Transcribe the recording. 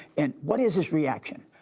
and what is his reaction?